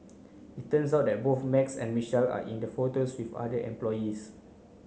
it turns out that both Max and Michelle are in the photos with other employees